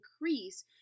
increase